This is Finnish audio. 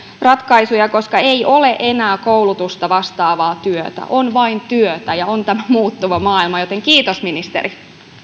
ratkaisuja koska ei ole enää koulutusta vastaavaa työtä on vain työtä ja on tämä muuttuva maailma joten kiitos ministeri